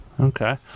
Okay